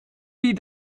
die